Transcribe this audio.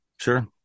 Sure